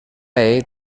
ell